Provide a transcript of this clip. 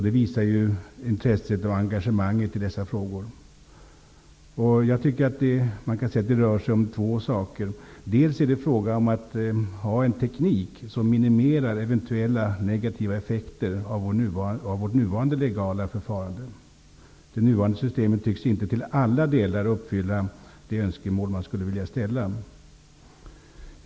Det visar intresset och engagemanget i dessa frågor. Man kan säga att det rör sig om två saker. Dels är det fråga om att ha en teknik som minimerar eventuella negativa effekter av vårt nuvarande legala förfarande. Det nuvarande systemet tycks inte till alla delar uppfylla de önskemål som man skulle vilja ställa.